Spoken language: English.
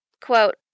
quote